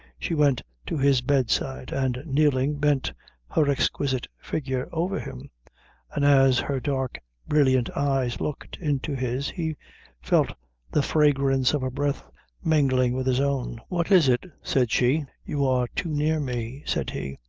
she went to his bedside, and kneeling, bent her exquisite figure over him and as her dark brilliant eyes looked into his, he felt the fragrance of her breath mingling with his own. what is it? said she. you are too near me, said he.